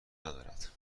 ندارد